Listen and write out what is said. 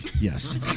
Yes